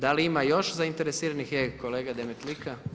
Da li ima još zainteresiranih, da, kolega Demetlika.